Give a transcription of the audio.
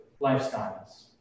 lifestyles